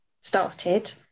started